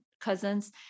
cousins